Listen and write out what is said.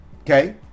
okay